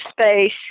space